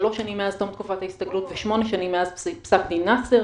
שלוש שנים מאז תום תקופת ההסתגלות ושמונה שנים מאז פסק דין נאסר.